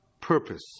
purpose